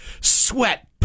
sweat